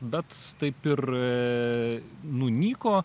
bet taip ir nunyko